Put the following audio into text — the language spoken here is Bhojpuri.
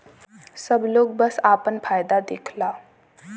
सब लोग बस आपन फायदा देखला